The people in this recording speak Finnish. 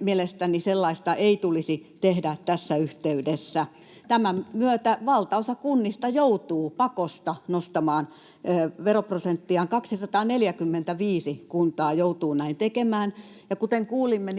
mielestäni sellaista ei tulisi tehdä tässä yhteydessä. Tämän myötä valtaosa kunnista joutuu pakosta nostamaan veroprosenttiaan. Näin joutuu tekemään 245, ja kuten kuulimme,